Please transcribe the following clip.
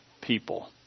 people